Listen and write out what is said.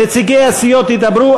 נציגי הסיעות ידברו.